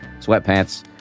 sweatpants